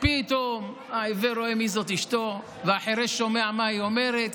פתאום העיוור רואה מי זו אשתו והחירש שומע מה היא אומרת.